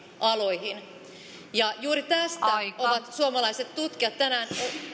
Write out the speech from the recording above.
aloihin juuri tästä ovat suomalaiset tutkijat tänään